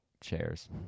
chairs